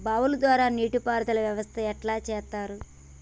బావుల ద్వారా నీటి పారుదల వ్యవస్థ ఎట్లా చేత్తరు?